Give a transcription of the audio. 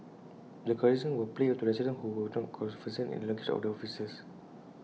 the recordings were played to residents who were not conversant in the language of the officers